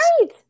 Right